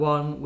One